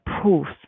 proofs